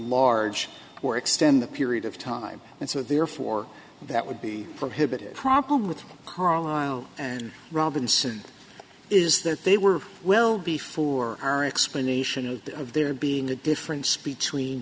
enlarge or extend the period of time and so therefore that would be prohibitive problem with carlyle and robinson is that they were well before our explanation of there being a difference between